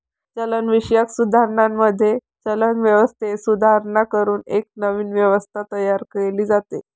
चलनविषयक सुधारणांमध्ये, चलन व्यवस्थेत सुधारणा करून एक नवीन व्यवस्था तयार केली जाते